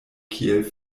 kiel